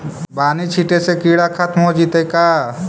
बानि छिटे से किड़ा खत्म हो जितै का?